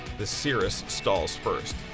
the cirrus stalls first.